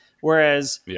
Whereas